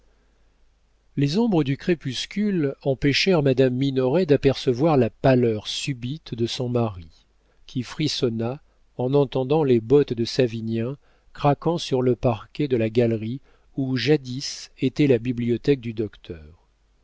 les ombres du crépuscule empêchèrent madame minoret d'apercevoir la pâleur subite de son mari qui frissonna en entendant les bottes de savinien craquant sur le parquet de la galerie où jadis était la bibliothèque du docteur